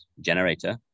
generator